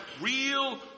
real